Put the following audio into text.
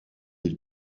ils